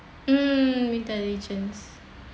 um intelligence